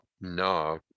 no